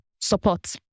support